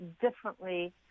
differently